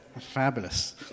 Fabulous